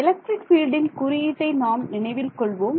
electric பீல்டின் குறியீட்டை நாம் நினைவில் கொள்வோம்